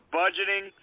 budgeting